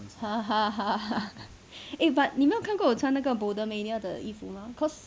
ha ha ha ha eh but 你没有看过我穿那个 boulder mania 的衣服吗 cause